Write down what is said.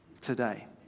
today